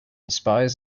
spies